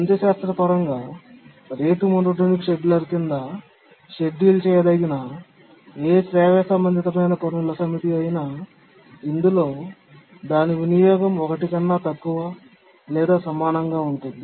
గణితశాస్త్రపరంగా rate monotonic scheduler కింద schedule చేయదగిన ఏ శ్రావ్య సంబంధితమైన పనుల సమితి అయినా ఇందులో దాని వినియోగం 1 కన్నా తక్కువ లేదా సమానంగా ఉంటుంది